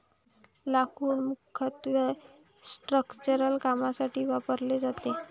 लाकूड मुख्यत्वे स्ट्रक्चरल कामांसाठी वापरले जाते